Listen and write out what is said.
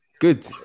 good